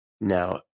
now